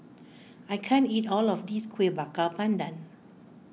I can't eat all of this Kuih Bakar Pandan